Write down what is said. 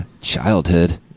childhood